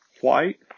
white